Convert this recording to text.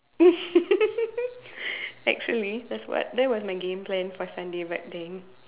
actually that's what that was my game plan for Sunday but dang